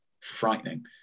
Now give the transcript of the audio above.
frightening